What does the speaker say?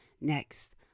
next